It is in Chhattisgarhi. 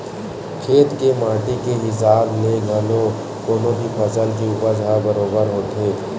खेत के माटी के हिसाब ले घलो कोनो भी फसल के उपज ह बरोबर होथे